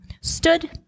stood